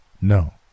No